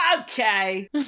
Okay